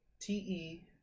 T-E-